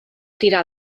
tirar